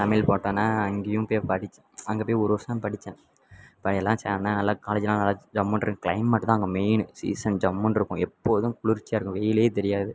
தமிழ் போட்டோன்னே அங்கேயும் போய் படிச் அங்கே போய் ஒரு வருஷம்தான் படித்தேன் அப்புறம் எல்லாம் சேர்ந்தேன் நல்ல காலேஜ்ஜெல்லாம் நல்லா ஜம்முனிருக்கு க்ளைமேட்டு தான் அங்கே மெயினு சீஸன் ஜம்முனிருக்கும் எப்போதும் குளிர்ச்சியாக இருக்கும் வெயிலே தெரியாது